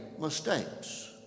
mistakes